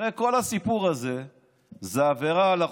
הרי כל הסיפור הזה זה עבירה על החוק.